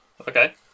Okay